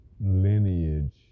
lineage